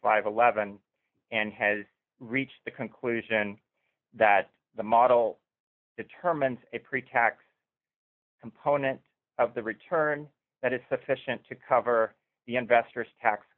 and eleven and has reached the conclusion that the model determines a pretax component of the return that is sufficient to cover the investors tax